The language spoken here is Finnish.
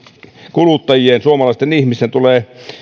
kulutta jien suomalaisten ihmisten tulee